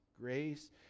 grace